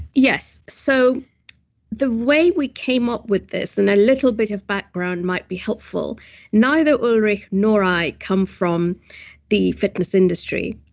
yes. so the way we came up with this, and a little bit of background might be helpful neither ulrich nor i come from the fitness industry.